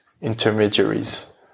intermediaries